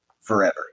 forever